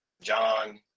John